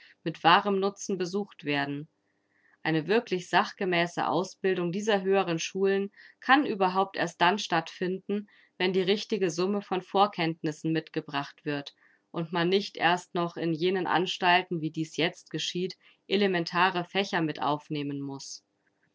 mit wahrem nutzen besucht werden eine wirklich sachgemäße ausbildung dieser höheren schulen kann überhaupt erst dann stattfinden wenn die richtige summe von vorkenntnissen mitgebracht wird und man nicht erst noch in jenen anstalten wie dies jetzt geschieht elementare fächer mit aufnehmen muß